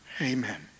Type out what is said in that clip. Amen